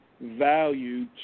value